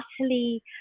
utterly